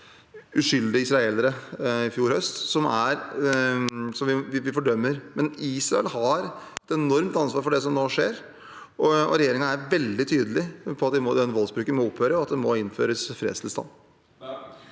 uskyldige israelere i fjor høst, som vi fordømmer. Israel har et enormt ansvar for det som nå skjer, og regjeringen er veldig tydelig på at voldsbruken må opphøre, og at det må innføres fredstilstand.